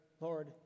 Lord